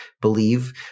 believe